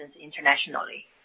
internationally